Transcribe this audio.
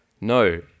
No